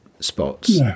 spots